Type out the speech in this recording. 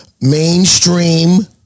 mainstream